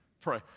pray